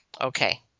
Okay